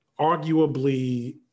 arguably